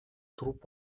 туруп